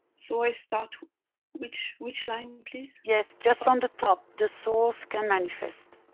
so i start which, which line please? yes just on the top. the souls can manifest.